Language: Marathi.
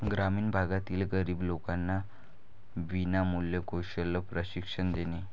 ग्रामीण भागातील गरीब लोकांना विनामूल्य कौशल्य प्रशिक्षण देणे